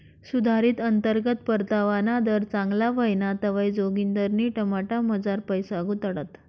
सुधारित अंतर्गत परतावाना दर चांगला व्हयना तवंय जोगिंदरनी टाटामझार पैसा गुताडात